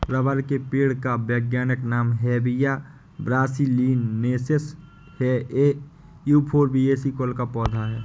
rubber के पेड़ का वैज्ञानिक नाम हेविया ब्रासिलिनेसिस है ये युफोर्बिएसी कुल का पौधा है